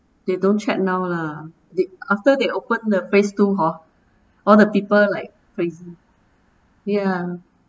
they don't check now lah they after they open the phrase two hor all the people like crazy ya